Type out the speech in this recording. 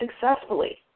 successfully